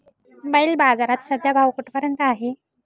बैल बाजारात सध्या भाव कुठपर्यंत आहे?